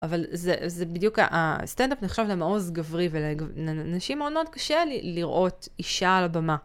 אבל זה בדיוק, הסטנדאפ נחשב למעוז גברי ולנשים מאוד מאוד קשה לראות אישה על הבמה.